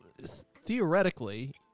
theoretically